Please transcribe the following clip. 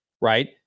Right